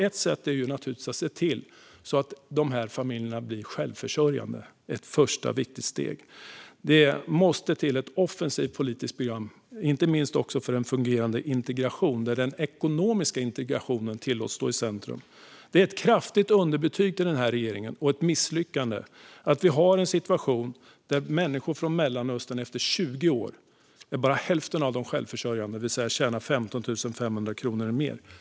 Ett sätt är naturligtvis att se till att de familjerna blir självförsörjande. Det är ett viktigt första steg. Det måste till ett offensivt politiskt program, inte minst för en fungerande integration där den ekonomiska integrationen tillåts stå i centrum. Det är ett kraftigt underbetyg till regeringen och ett misslyckande att vi har en situation där bara hälften av människor från Mellanöstern efter 20 år är självförsörjande, det vill säga tjänar 15 500 kronor i månaden eller mer.